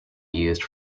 used